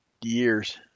years